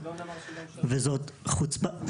וזאת חוצפה.